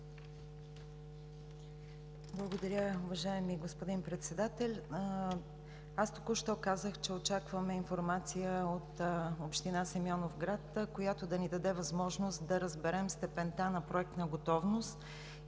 Благодаря, уважаеми господин Председател. Току-що казах, че очакваме информация от Община Симеоновград, която да ни даде възможност да разберем степента на проектна готовност